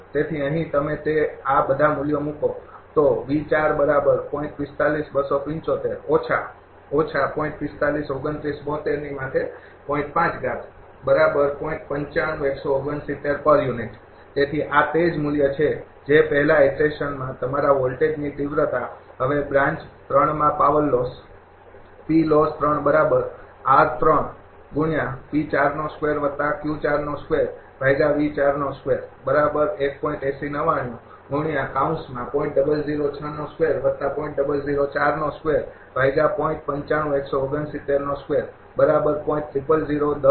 તેથી અહીં તમે તે આ બધા મૂલ્યો મૂકો તેથી આ તે જ મૂલ્ય છે જે પહેલા ઈટરેશનમાં તમારા વોલ્ટેજની તીવ્રતા હવે બ્રાન્ચ ૩ માં પાવર લોસ